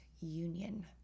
union